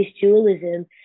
dualism